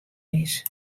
mis